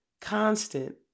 constant